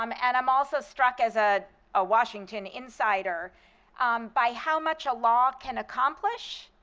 um and i'm also struck as ah a washington insider by how much a law can accomplish,